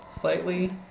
slightly